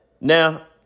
Now